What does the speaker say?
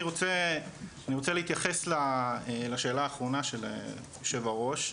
אני רוצה להתייחס לשאלה האחרונה של יושב הראש,